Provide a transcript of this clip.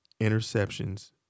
interceptions